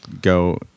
go